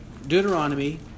Deuteronomy